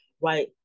right